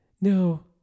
No